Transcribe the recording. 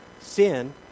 sin